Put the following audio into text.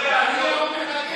רק דיבורים,